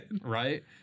Right